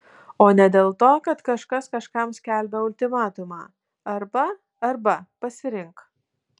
o ne dėl to kad kažkas kažkam skelbia ultimatumą arba arba pasirink